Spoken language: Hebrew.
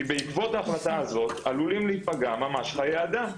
כי בעקבות ההחלטה הזאת עלולים להיפגע ממש חיי אדם,